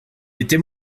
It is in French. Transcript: était